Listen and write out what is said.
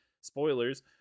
spoilers